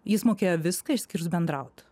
jis mokėjo viską išskyrus bendraut